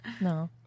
no